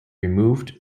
removed